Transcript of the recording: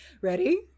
Ready